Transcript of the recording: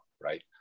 right